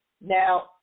Now